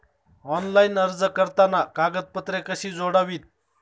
Online अर्ज भरताना कागदपत्रे कशी जोडावीत?